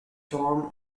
tom